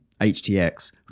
HTX